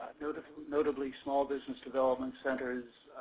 notably notably small business development centers,